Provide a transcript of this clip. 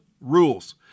rules